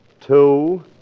Two